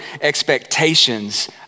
expectations